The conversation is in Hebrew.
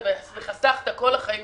חסכת כל החיים